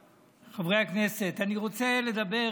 אני רוצה לדבר